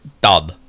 done